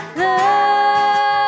love